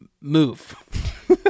move